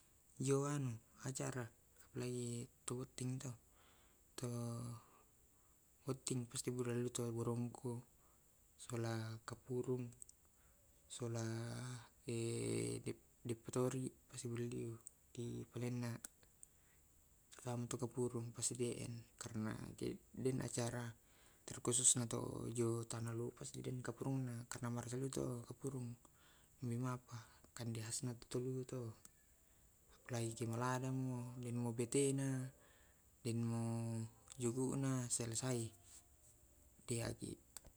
Iyo anu acara lai tau botting to to botting pasti burongko sola kapurung sola deppatori si baliu di palenna raung tu kapurung karena den acara terkhususna to jo kapurungna karena marasa to tu kapurung memapa kande khasna lu to. Apalagi ladang, denmo betena denmo juku'na selesai deaki.